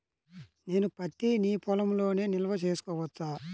నేను పత్తి నీ పొలంలోనే నిల్వ చేసుకోవచ్చా?